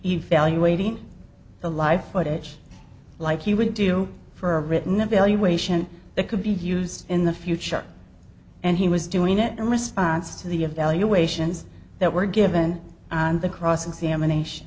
evaluating the life footage like you would do you for a written evaluation that could be used in the future and he was doing it in response to the evaluations that were given on the cross examination